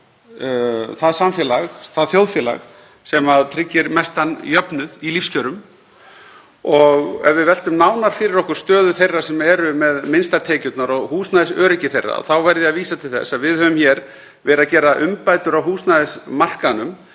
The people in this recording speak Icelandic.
ítrekað það þjóðfélag sem tryggir mestan jöfnuð í lífskjörum. Ef við veltum nánar fyrir okkur stöðu þeirra sem eru með minnstar tekjurnar og húsnæðisöryggi þeirra þá verð ég að vísa til þess að við höfum hér verið að gera umbætur á húsnæðismarkaðnum